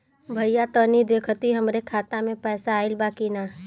भईया तनि देखती हमरे खाता मे पैसा आईल बा की ना?